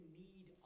need